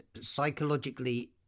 psychologically